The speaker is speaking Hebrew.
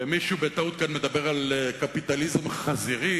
ומישהו בטעות מדבר כאן על קפיטליזם חזירי,